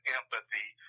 empathy